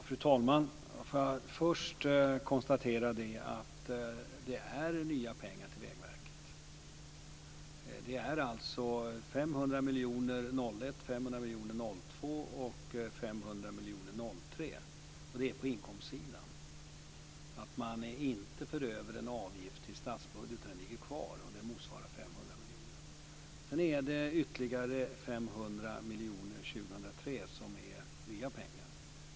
Fru talman! Får jag först konstatera att det är nya pengar till Vägverket. Det är 500 miljoner år 2001, 500 miljoner år 2002 och 500 miljoner år 2003, och det är på inkomstsidan. Man för inte över en avgift till statsbudgeten, utan den ligger kvar. Det motsvarar 500 miljoner. Sedan är det ytterligare 500 miljoner år 2003 som är nya pengar.